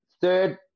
third